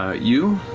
ah you